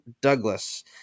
Douglas